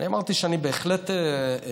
אני אמרתי שאני בהחלט רוצה,